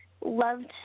loved